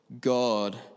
God